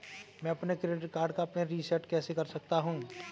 मैं अपने credit card का पिन रिसेट कैसे कर सकता हूँ?